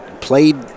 played